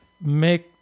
make